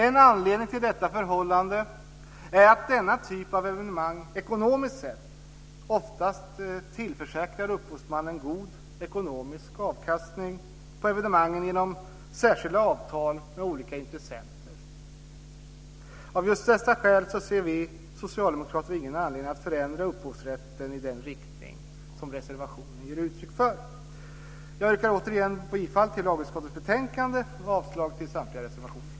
En anledning till detta förhållande är att denna typ av evenemang ekonomiskt sett oftast tillförsäkrar upphovsmannen god ekonomisk avkastning på evenemangen genom särskilda avtal med olika intressenter. Av just detta skäl ser vi socialdemokrater ingen anledning att förändra upphovsrätten i den riktning som reservationen ger uttryck för. Jag yrkar återigen bifall till lagutskottets hemställan i betänkandet och avslag på samtliga reservationer.